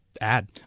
add